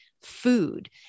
food